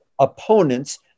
opponents